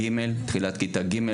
תחילת כיתה ג',